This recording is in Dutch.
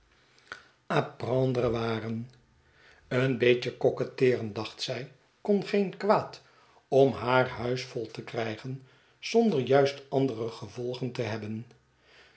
waren een beetje coquetteeren dacht zij kon geen kwaad om haar huis vol te krijgen zonder juist andere gevolgen te hebben